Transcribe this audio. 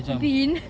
been